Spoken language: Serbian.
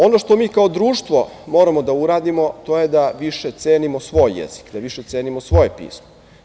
Ono što mi kao društvo moramo da uradimo, to je da više cenimo svoj jezik, da više cenimo svoje pismo.